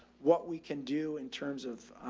what we can do in terms of,